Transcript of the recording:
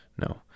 No